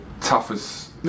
toughest